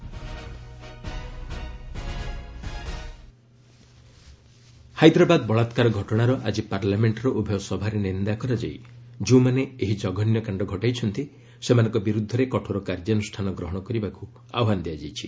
parliament Hyderabad rape Hyderabad ବଳାକ୍କାର ଘଟଣାର ଆଜି ପାର୍ଲାମେଣ୍ଟର ଉଭୟ ସଭାରେ ନିନ୍ଦା କରାଯାଇ ଯେଉଁମାନେ ଏହି ଜଘନ୍ୟକାଣ୍ଡ ଘଟାଇଛନ୍ତି ସେମାନଙ୍କ ବିର୍ଦ୍ଧରେ କଠୋର କାର୍ଯ୍ୟାନ୍ଷାନ ଗ୍ରହଣ କରିବାକୁ ଆହ୍ବାନ ଦିଆଯାଇଛି